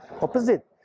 Opposite